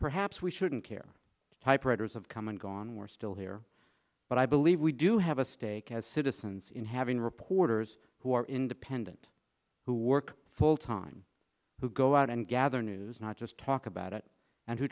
perhaps we shouldn't care typewriters of come and gone we're still here but i believe we do have a stake as citizens in having reporters who are independent who work full time who go out and gather news not just talk about it and